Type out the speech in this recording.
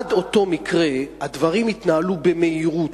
עד אותו מקרה הדברים התנהלו במהירות.